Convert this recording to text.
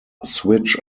switch